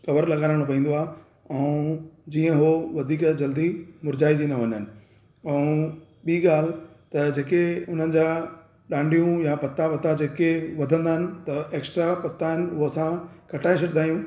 cover लॻाइणो पवंदो आहे ऐं जीअं उहे वधीक जल्दी मुरझाइजी न वञनि ऐं ॿी ॻाल्ह त जेके उन्हनि जा डांडियूं या पत्ता बत्ता जेके वधंदा आहिनि त एक्स्ट्रा पत्ता आहिनि वो असां कटाए छॾिंदा आहियूं